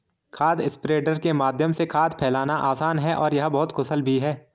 खाद स्प्रेडर के माध्यम से खाद फैलाना आसान है और यह बहुत कुशल भी है